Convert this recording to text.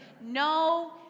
no